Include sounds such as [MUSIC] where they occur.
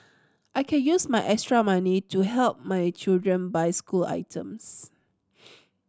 I can use my extra money to help my children buy school items [NOISE]